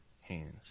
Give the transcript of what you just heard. hands